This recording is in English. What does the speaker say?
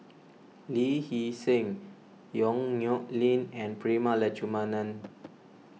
Lee Hee Seng Yong Nyuk Lin and Prema Letchumanan